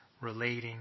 relating